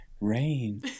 rain